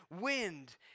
wind